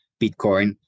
Bitcoin